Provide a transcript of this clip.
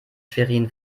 schwerin